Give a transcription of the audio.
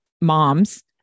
moms